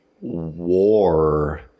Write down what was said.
war